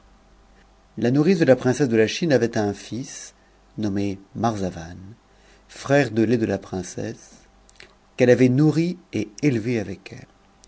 la nourrice de la princesse de la chine avait un fils nommé marzayan frère de lait de la princesse qu'elle avait nourri et élevé avec elle